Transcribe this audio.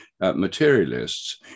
materialists